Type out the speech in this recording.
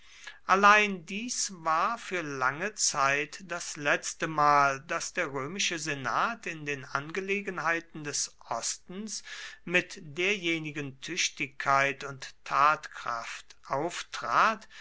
allein dies war für lange zeit das letzte mal daß der römische senat in den angelegenheiten des ostens mit derjenigen tüchtigkeit und tatkraft auftrat